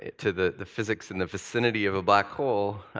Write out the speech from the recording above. to the the physics in the vicinity of a black hole,